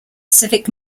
civic